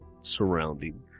surrounding